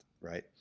Right